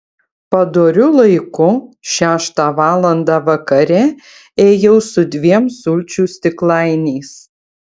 padoriu laiku šeštą valandą vakare ėjau su dviem sulčių stiklainiais